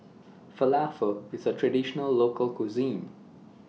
Falafel IS A Traditional Local Cuisine